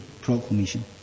proclamation